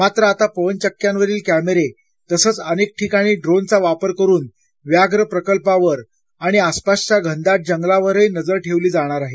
मात्र आता पवनचक्क्यांवरील कॅमेरे तसंच अनेक ठिकाणी ड्रोनचा वापर करुन व्याघ्र प्रकल्पावर आणि आसपासच्या घनदाट जंगलावरही नजर ठेवली जाणार आहे